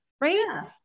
Right